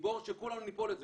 היא בור שכולנו ניפול לתוכו.